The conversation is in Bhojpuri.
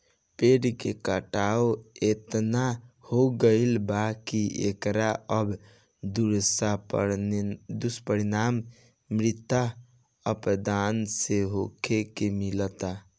पेड़ के कटाव एतना हो गईल बा की एकर अब दुष्परिणाम मृदा अपरदन में देखे के मिलता